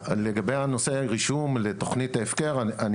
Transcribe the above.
לגבי נושא הרישום לתוכנית ההפקר אני